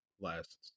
last